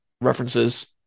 references